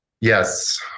yes